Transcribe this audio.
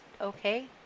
okay